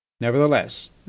Nevertheless